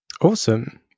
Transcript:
Awesome